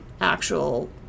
actual